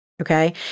Okay